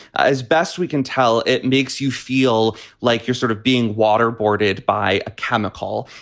as best we can tell. it makes you feel like you're sort of being waterboarded by a chemical.